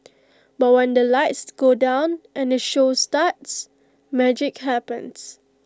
but when the lights go down and the show starts magic happens